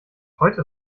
heute